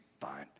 Fine